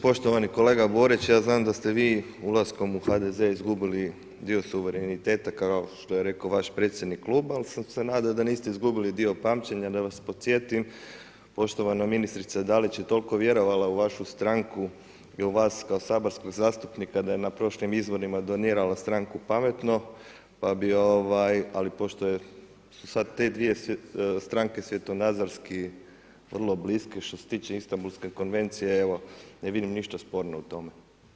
Poštovani koleba Borić, ja znam daste vi ulaskom u HDZ izgubili dio suvereniteta kao što je rekao vaš predsjednik kluba ali sam se nadao da niste izgubili dio pamćenja da vas podsjetim, poštovana ministrica Dalić je toliko vjerovala u vašu stranku i u vas kao saborskog zastupnika da je na prošlim izborima donirala stranku Pametno, ali pošto su te dvije stranke svjetonazorski vrlo bliske štose tiče Istanbulske konvencije, evo ne vidim ništa sporno u tome.